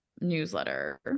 newsletter